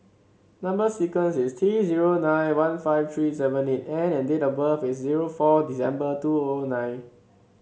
number sequence is T zero nine one five three seven eight N and date of birth is zero four December two O O nine